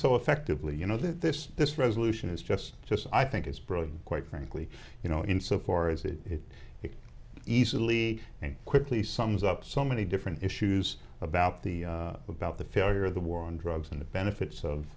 so effectively you know that this this resolution is just just i think it's brilliant quite frankly you know in so far as it is easily and quickly sums up so many different issues about the about the failure of the war on drugs and the benefits of